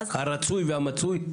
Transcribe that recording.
הרצוי והמצוי?